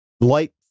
light